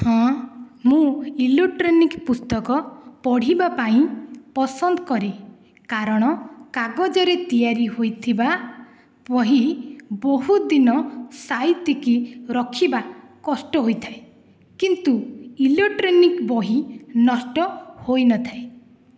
ହଁ ମୁଁ ଇଲୋକ୍ଟ୍ରୋନିକ୍ ପୁସ୍ତକ ପଢ଼ିବାପାଇଁ ପସନ୍ଦ କରେ କାରଣ କାଗଜରେ ତିଆରି ହୋଇଥିବା ବହି ବହୁଦିନ ସାଇତିକି ରଖିବା କଷ୍ଟ ହୋଇଥାଏ କିନ୍ତୁ ଇଲେକ୍ଟ୍ରୋନିକ୍ ବହି ନଷ୍ଟ ହୋଇନଥାଏ